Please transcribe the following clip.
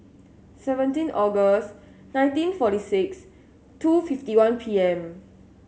seventeen August nineteen forty six two fifty one P M